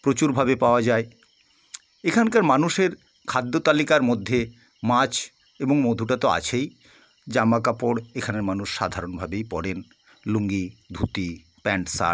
প্রচুরভাবে পাওয়া যায় এখানকার মানুষের খাদ্য তালিকার মধ্যে মাছ এবং মধুটা তো আছেই জামা কাপড় এখানের মানুষ সাধারণভাবেই পরেন লুঙ্গি ধুতি প্যান্ট শার্ট